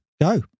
Go